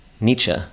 Nietzsche